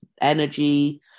energy